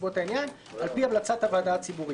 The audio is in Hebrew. התשל"ג 1973‏ ."; מדובר בהגדרות שאחרי זה ייעשה בהן שימוש.